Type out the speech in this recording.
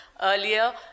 earlier